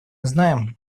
знаем